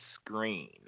screen